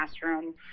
classroom